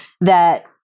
that-